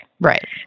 Right